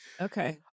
Okay